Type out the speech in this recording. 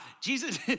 Jesus